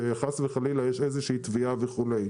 שחס וחלילה יש איזה תביעה וכו'.